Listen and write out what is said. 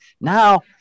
Now